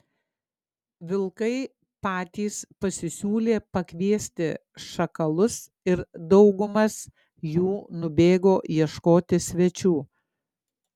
vilkai patys pasisiūlė pakviesti šakalus ir daugumas jų nubėgo ieškoti svečių